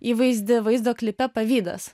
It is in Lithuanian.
įvaizdį vaizdo klipe pavydas